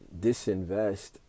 disinvest